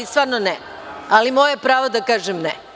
Stvarno ne, moje je pravo da kažem ne.